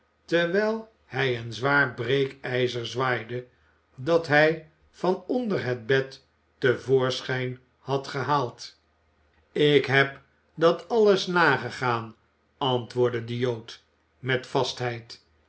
terwijl hij een zwaar breekijzer zwaaide dat hij van onder het bed te voorschijn had gehaald ik heb dat alles nagegaan antwoordde de jood met vastheid